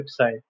website